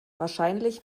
wahrscheinlich